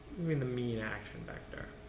i mean the mean action vector?